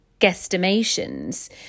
guesstimations